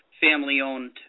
family-owned